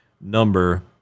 number